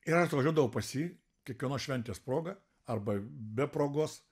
ir atvažiuodavau pas jį kiekvienos šventės proga arba be progos